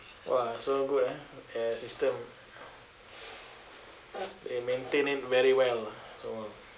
!wah! so good ah their system they maintain it very well so